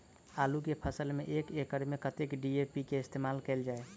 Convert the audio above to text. आलु केँ फसल मे एक एकड़ मे कतेक डी.ए.पी केँ इस्तेमाल कैल जाए?